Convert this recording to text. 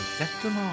Exactement